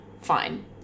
fine